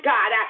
God